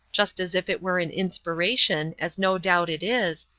just as if it were an inspiration, as no doubt it is,